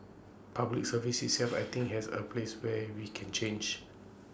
Public Service itself I think there are places where we can change